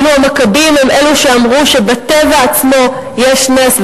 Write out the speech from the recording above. ואילו המכבים הם אלו שאמרו שבטבע עצמו יש נס,